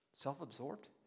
Self-absorbed